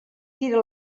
tira